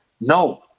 no